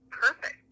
Perfect